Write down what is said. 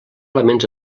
elements